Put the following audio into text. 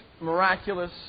miraculous